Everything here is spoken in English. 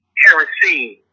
kerosene